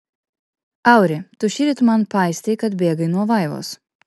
auri tu šįryt man paistei kad bėgai nuo vaivos